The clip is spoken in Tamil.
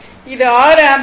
இது 6 ஆம்பியர்